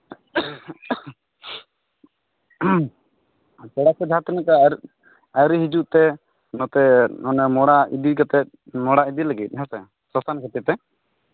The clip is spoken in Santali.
ᱯᱮᱲᱟ ᱠᱚ ᱡᱟᱦᱟᱸ ᱛᱤᱱᱟᱹᱜ ᱜᱟᱱ ᱟᱹᱣᱨᱤ ᱦᱤᱡᱩᱜ ᱛᱮ ᱱᱚᱛᱮ ᱢᱟᱱᱮ ᱢᱚᱲᱟ ᱤᱫᱤ ᱠᱟᱛᱮᱫ ᱢᱚᱲᱟ ᱤᱫᱤ ᱞᱟᱹᱜᱤᱫ ᱦᱮᱸᱥᱮ ᱥᱚᱥᱟᱱ ᱜᱷᱟᱹᱴᱤᱛᱮ